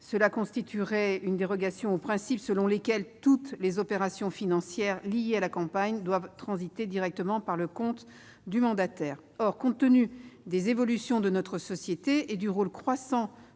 mesure constitue une dérogation au principe selon lequel toutes les opérations financières liées à la campagne doivent transiter directement par le compte du mandataire, mais, compte tenu des évolutions de notre époque et du rôle croissant